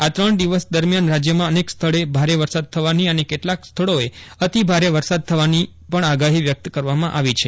આ ત્રણ દિવસ દરમિયાન રાજ્યમાં અનેક સ્થળે ભારે વરસાદ થવાની અને કેટલાંક સ્થળોએ અતિભારે વરસાદ થવાની પજ્ઞ આગાહી છે